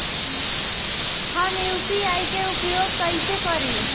हम यू.पी.आई के उपयोग कइसे करी?